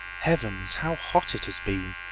heavens! how hot it has been.